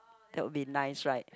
that would be nice right